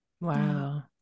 Wow